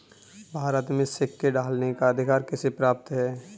भारत में सिक्के ढालने का अधिकार किसे प्राप्त है?